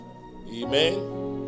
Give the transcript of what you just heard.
Amen